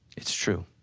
it's true.